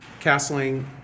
castling